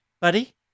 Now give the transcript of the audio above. buddy